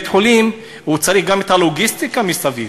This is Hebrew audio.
כי בית-חולים צריך גם את הלוגיסטיקה מסביב,